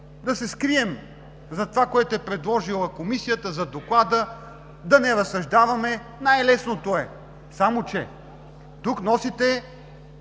да се скрием зад това, което е предложила Комисията за доклада, да не разсъждаваме – най-лесното е. Само че тук носите